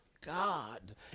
God